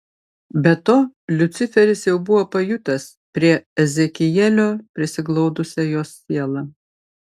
be to liuciferis jau buvo pajutęs prie ezekielio prisiglaudusią jos sielą